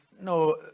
no